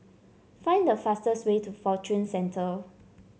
find the fastest way to Fortune Centre